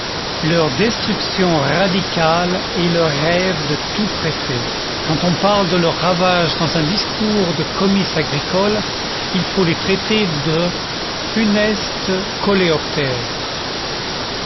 leur destruction radicale est le rêve de tout préfet quand on parle de leurs ravages dans un discours de comice agricole il faut les traiter de funestes coléoptères